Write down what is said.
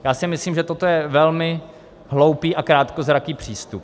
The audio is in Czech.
Já si myslím, že toto je velmi hloupý a krátkozraký přístup.